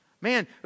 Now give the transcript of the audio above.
Man